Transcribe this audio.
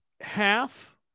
Half